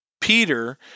Peter